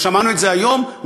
שמענו את זה היום,